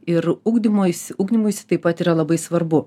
ir ugdymuisi ugdymuisi taip pat yra labai svarbu